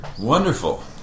Wonderful